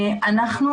אנחנו,